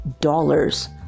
Dollars